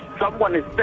someone is